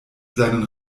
seinen